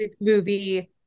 movie